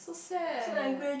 so sad